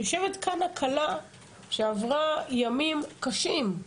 יושבת כאן הכלה שעברה ימים קשים.